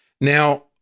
Now